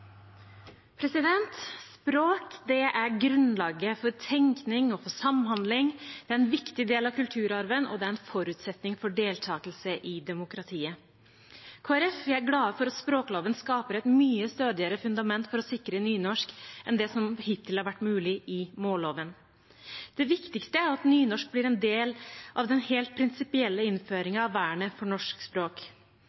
Språk er grunnlaget for tenkning og for samhandling, det er en viktig del av kulturarven, og det er en forutsetning for deltakelse i demokratiet. Vi i Kristelig Folkeparti er glade for at språkloven skaper et mye stødigere fundament for å sikre nynorsk enn det som hittil har vært mulig i målloven. Det viktigste er at nynorsk blir en del av den helt prinsipielle